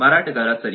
ಮಾರಾಟಗಾರ ಸರಿ